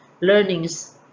learnings